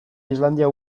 islandia